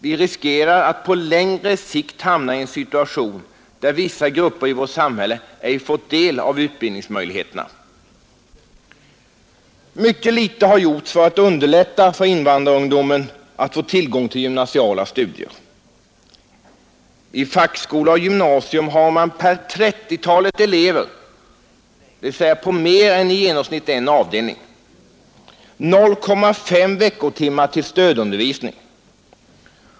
Vi riskerar att på längre sikt hamna i en situation där vissa grupper i vårt samhälle ej fått del av utbildningsmöjligheterna. Mycket litet har gjorts för att underlätta för invandrarungdomen att få tillgång till gymnasiala studier. I fackskolor och gymnasium har man per 30-talet elever, dvs. mer än i genomsnitt en avdelning, 0,5 veckotimmar till stödundervisning.